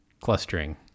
clustering